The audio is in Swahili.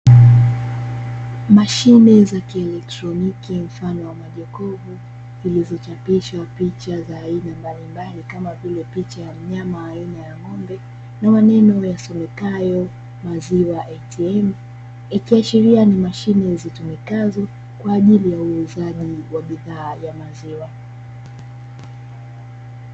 Mashine za kieletroniki mfano wa jokofu, zilizochapishwa picha za aina mbalimbali kama vile picha ya mnyama aina ya ng'ombe na maneno yasomekayo "Maziwa ITIEM" ikiashiria ni mashine zitumikazo kwaajili ya uuzaji wa bidhaa ya maziwa.